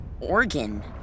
organ